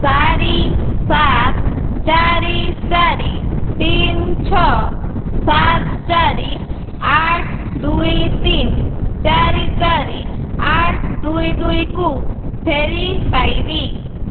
ଚାରି ସାତ ଚାରି ଚାରି ତିନି ଛଅ ସାତ ଚାରି ଆଠ ଦୁଇ ତିନି ଚାରି ଚାରି ଆଠ ଦୁଇ ଦୁଇକୁ ଫେରିପାଇବି